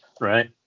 right